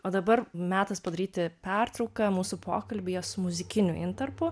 o dabar metas padaryti pertrauką mūsų pokalbyje su muzikiniu intarpu